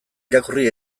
irakurri